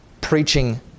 Preaching